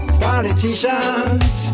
politicians